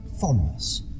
fondness